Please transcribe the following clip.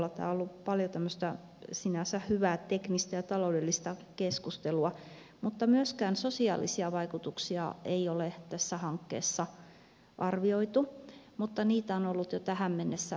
tämä on ollut paljon tämmöistä sinänsä hyvää teknistä ja taloudellista keskustelua mutta myöskään sosiaalisia vaikutuksia ei ole tässä hankkeessa arvioitu mutta niitä on ollut jo tähän mennessä valtavasti